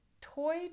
toy